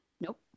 Nope